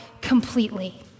completely